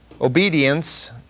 obedience